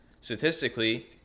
statistically